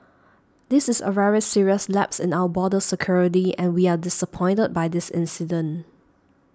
this is a very serious lapse in our border security and we are disappointed by this incident